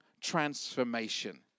transformation